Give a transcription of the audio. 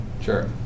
Sure